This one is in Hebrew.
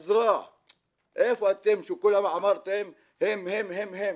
עזרה; איפה אתם, שכולם אמרתם: הם, הם, הם.